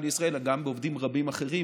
לישראל אלא גם בעובדים רבים אחרים,